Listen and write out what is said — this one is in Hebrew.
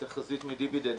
תחזית מדיווידנד,